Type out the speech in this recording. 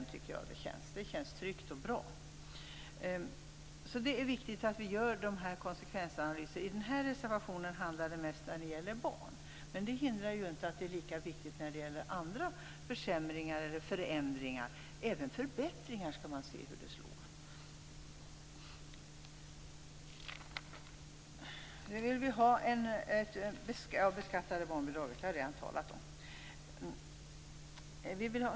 Det tycker jag känns tryggt och bra. Det är viktigt att vi gör de här konsekvensanalyserna. I den här reservationen handlar det mest om barn. Men det hindrar inte att det är lika viktigt när det gäller andra försämringar eller förändringar. Även förbättringar skall man se hur de slår.